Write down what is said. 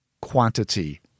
quantity